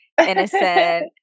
innocent